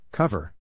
Cover